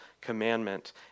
commandment